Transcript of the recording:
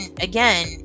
again